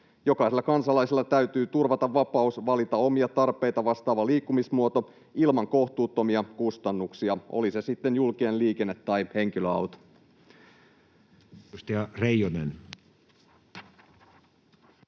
Jokaiselle kansalaiselle täytyy turvata vapaus valita omia tarpeita vastaava liikkumismuoto ilman kohtuuttomia kustannuksia, oli se sitten julkinen liikenne tai henkilöauto.